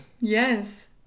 Yes